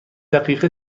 دقیقه